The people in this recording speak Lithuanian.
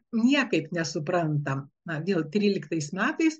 niekaip nesuprantam na vėl tryliktais metais